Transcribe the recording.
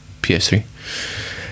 PS3